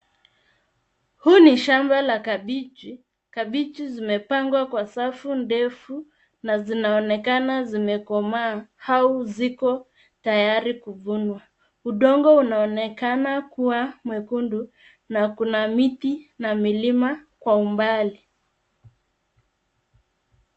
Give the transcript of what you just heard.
Huu ni shamba la kabechi, kabechi zimepangwa kwa safu ndefu na zinaonekana zimekoma au ziko tayari kuvunwa. Udongo unaonekana kuwa mwekundu na kuna miti na milima kwa ubali.